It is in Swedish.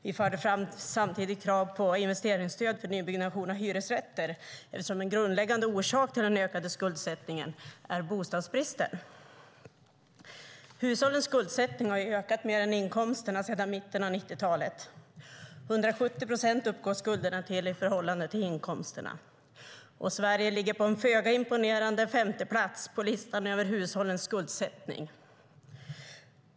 Vi förde samtidigt fram krav på investeringsstöd till nybyggnation av hyresrätter, eftersom en grundläggande orsak till den ökade skuldsättningen är bostadsbristen. Hushållens skuldsättning har ökat mer än inkomsterna sedan mitten av 1990-talet. Skulderna uppgår till 170 procent av inkomsterna, och Sverige ligger på en föga imponerande femteplats på listan över hushållens skuldsättning.